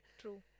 True